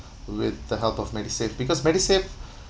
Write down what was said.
with the help of MediSave because MediSave